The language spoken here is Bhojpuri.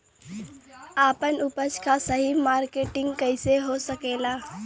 आपन उपज क सही मार्केटिंग कइसे हो सकेला?